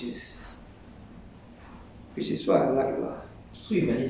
emphasise on meditation also ya which is